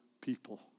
people